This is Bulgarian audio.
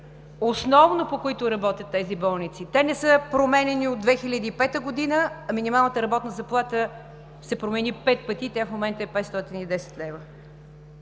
основно, по които работят тези болници. Те не са променяни от 2005 г., а минималната работна заплата се промени пет пъти и тя в момента е 510 лв.